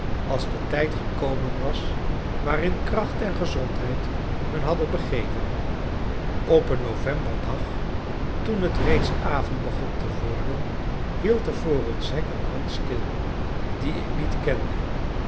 als de tijd gekomen was waarin kracht en gezondheid hun hadden begeven op een novemberdag toen het reeds avond begon te worden hield er voor ons hek een man stil dien ik niet kende